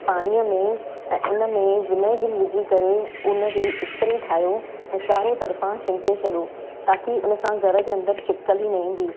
पाणीअ में ऐं उन में विनैगिरी विझी करे उन जो ई स्प्रे ठाहियो ऐं चारो तरफ़ां छिनके छॾो ताकी उन सां घर जे अंदरु छिपकली न ईंदी